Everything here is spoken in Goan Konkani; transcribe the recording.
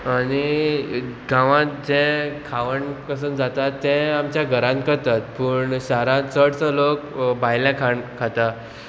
आनी गांवांत जें खावण कसो जाता तें आमच्या घरांत करतात पूण शारांत चडसो लोक भायले खाण खाता